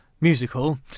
musical